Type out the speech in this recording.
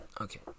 okay